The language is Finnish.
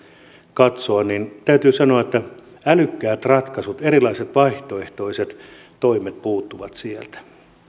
katsoa niin täytyy sanoa että älykkäät ratkaisut erilaiset vaihtoehtoiset toimet puuttuvat sieltä